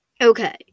Okay